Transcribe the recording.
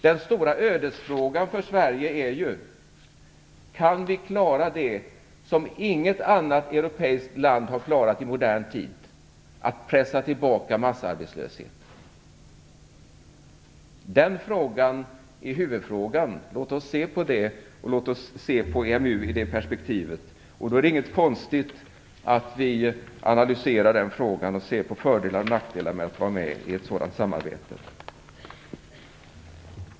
Den stora ödesfrågan för Sverige är: Kan vi klara det som inget annat europeiskt land har klarat i modern tid - att pressa tillbaka massarbetslösheten? Den frågan är huvudfrågan. Låt oss se på EMU i det perspektivet. Då är det inte konstigt att vi analyserar den frågan och ser på fördelar och nackdelar i att vara med i ett sådant samarbete.